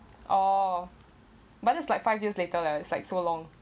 oh but there's like five years later leh it's like so long